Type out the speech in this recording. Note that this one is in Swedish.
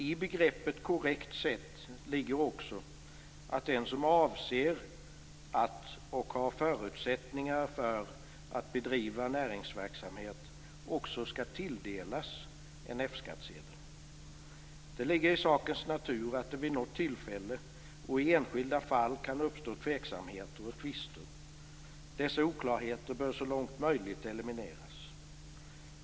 I begreppet korrekt sätt ligger också att den som avser, och har förutsättningar för, att bedriva näringsverksamhet också skall tilldelas en F skattsedel. Det ligger i sakens natur att det vid något tillfälle, och i enskilda fall, kan uppstå tveksamheter och tvister. Dessa oklarheter bör så långt möjligt elimineras.